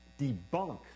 debunk